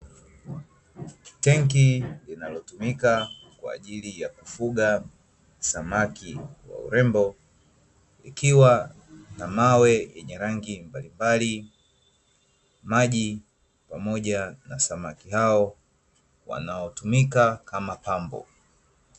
Tenki linalotumika kwa ajili ya kufuga samaki wa urembo, likiwa na mawe yenye rangi mbalimbali, maji pamoja na samaki hao wanaotumika kama pambo.